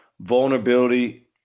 vulnerability